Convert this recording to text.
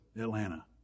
Atlanta